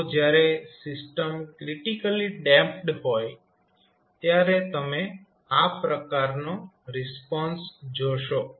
તો જયારે system critically damped હોય ત્યારે તમે આ પ્રકારનો રિસ્પોન્સ જોશો